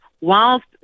whilst